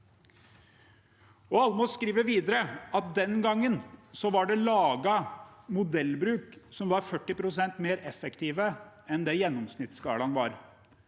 Almås skriver videre at den gang var det laget modellbruk som var 40 pst. mer effektive enn gjennomsnittsgårdene var.